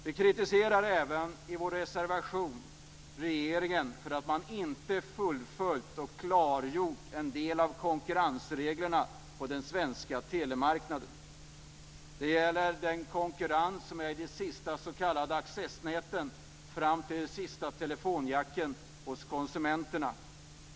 Vi kritiserar även i vår reservation regeringen för att den inte fullföljt och klargjort en del av konkurrensreglerna på den svenska telemarknaden. Det gäller konkurrens om de sista s.k. accessnäten fram till telefonjacken hos konsumenterna.